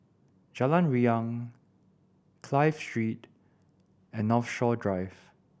Jalan Riang Clive Street and Northshore Drive